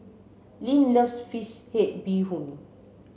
Linn loves fish head bee Hoon